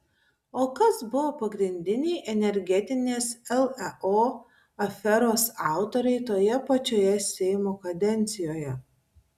o kas buvo pagrindiniai energetinės leo aferos autoriai toje pačioje seimo kadencijoje